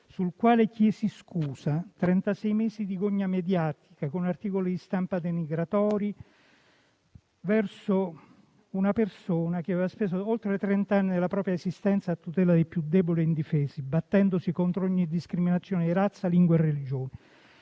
stati trentasei mesi di gogna mediatica, con articoli di stampa denigratori verso una persona che aveva speso oltre trent'anni della propria esistenza a tutela dei più deboli e indifesi, battendosi contro ogni discriminazione di razza, lingua o religione.